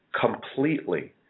completely